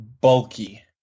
bulky